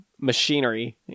machinery